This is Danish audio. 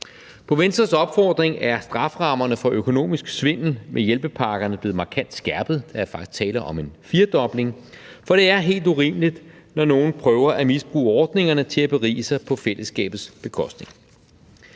På Venstres opfordring er strafferammerne for økonomisk svindel med hjælpepakkerne blevet markant skærpet. Der er faktisk tale om en firdobling, for det er helt urimeligt, når nogen prøver at misbruge ordningerne til at berige sig på fællesskabets bekostning.